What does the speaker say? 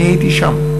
אני הייתי שם,